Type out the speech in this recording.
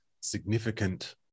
significant